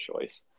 choice